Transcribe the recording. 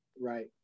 Right